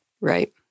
Right